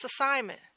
assignment